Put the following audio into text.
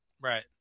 Right